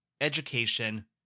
education